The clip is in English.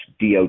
DOD